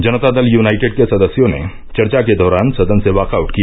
जनता Dal United के सदस्यों ने चर्चा के दौरान सदन से वाकआउट किया